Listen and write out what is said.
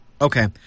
Okay